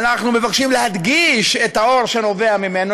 ואנחנו מבקשים להדגיש את האור שנובע ממנו,